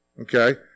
Okay